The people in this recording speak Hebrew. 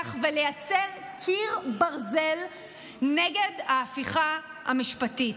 ולייצר קיר ברזל נגד ההפיכה המשפטית.